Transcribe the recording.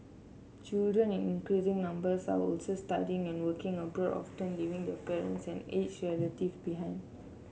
children in increasing numbers are also studying and working abroad often leaving their parents and aged relatives behind